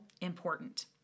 important